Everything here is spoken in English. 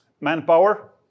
Manpower